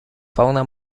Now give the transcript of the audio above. fauna